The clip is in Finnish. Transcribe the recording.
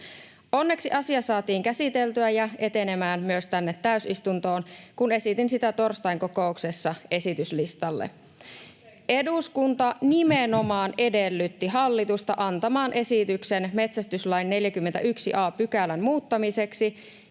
Onneksi asia saatiin käsiteltyä ja etenemään myös tänne täysistuntoon, kun esitin sitä torstain kokouksessa esityslistalle. [Anne Kalmari: Kiitos teille!] Eduskunta nimenomaan edellytti hallitusta antamaan esityksen metsästyslain 41 a §:n muuttamiseksi,